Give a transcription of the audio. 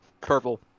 Purple